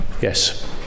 Yes